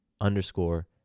underscore